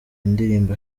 indirimbo